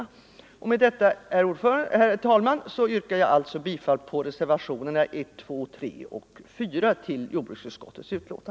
Herr talman! Jag yrkar alltså bifall till reservationerna 1, 2, 3 och 4.